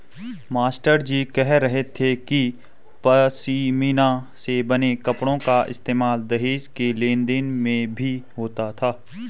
मास्टरजी कह रहे थे कि पशमीना से बने कपड़ों का इस्तेमाल दहेज के लेन देन में भी होता था